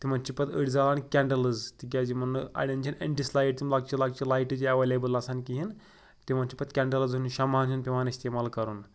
تِمَن چھِ پَتہٕ أڑۍ زالان کٮ۪نڈلٕز تِکیٛازِ یِمَن نہٕ اَڑٮ۪ن چھِنہٕ لایِٹ تِم لَکچہِ لَکچہِ لایٹٕچ ایویلیبٕل آسان کِہیٖنۍ تِمَن چھِ پَتہٕ کٮ۪نٛڈٕلز ہُنٛد شمع ہَن ہُنٛد پٮ۪وان اِستعمال کَرُن